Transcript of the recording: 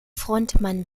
frontmann